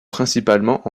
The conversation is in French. principalement